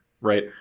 right